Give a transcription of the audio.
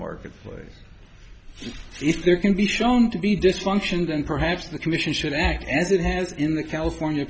marketplace if there can be shown to be dysfunction and perhaps the commission should act as it has in the california